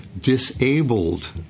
disabled